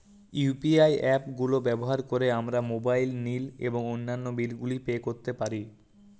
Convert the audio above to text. UPI app গুলো ব্যবহার করে আমরা মোবাইল নিল এবং অন্যান্য বিল গুলি পে করতে পারি